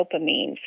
dopamine